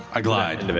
i glide. and